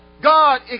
God